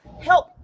help